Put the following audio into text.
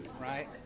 right